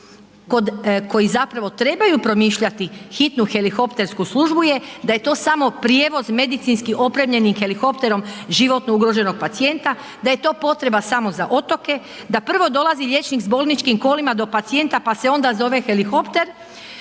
koji zapravo trebaju promišljati hitnu helikoptersku službu je da je to samo prijevoz medicinski opremljenim helikopterom životno ugroženog pacijenta, da je to potreba samo za otoke, da prvo dolazi liječnik s bolničkim kolima do pacijenta pa se onda zove helikopter,